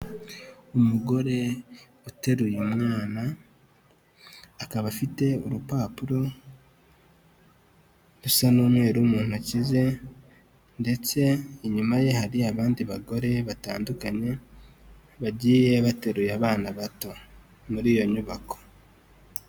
Umugore uteruye umwana, akaba afite urupapuro rusa n'umweru mu ntoki ze ndetse inyuma ye hari abandi bagore batandukanye bagiye bateruye abana bato muri iyo nyubako.